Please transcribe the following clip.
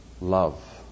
love